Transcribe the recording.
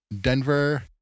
denver